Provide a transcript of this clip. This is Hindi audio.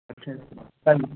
अच्छा तब